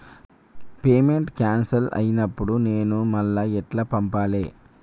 Payment cancel అయినపుడు నేను మళ్ళా ఎట్ల పంపాలే?